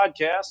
podcast